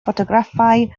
ffotograffau